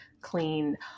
clean